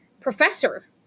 professor